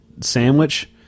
sandwich